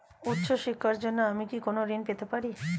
উচ্চশিক্ষার জন্য আমি কি কোনো ঋণ পেতে পারি?